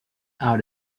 out